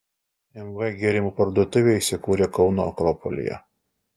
mv gėrimų parduotuvė įsikūrė kauno akropolyje